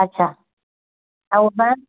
अछा ऐं